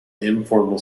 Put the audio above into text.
informal